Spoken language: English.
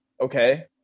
Okay